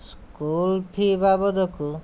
school fee ବାବଦକୁ